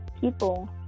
people